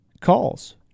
Calls